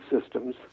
systems